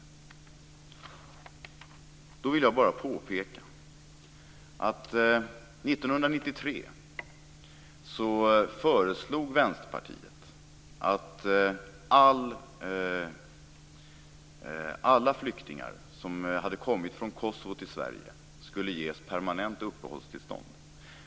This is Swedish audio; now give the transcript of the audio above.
Jag vill då bara påpeka att Vänsterpartiet 1993 föreslog att alla flyktingar som hade kommit från Kosovo till Sverige skulle ges permanent uppehållstillstånd.